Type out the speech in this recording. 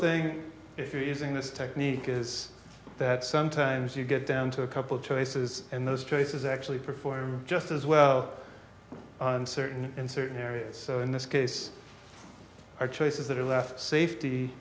thing if you're using this technique is that sometimes you get down to a couple choices and those choices actually perform just as well and certain in certain areas so in this case our choices that are left safety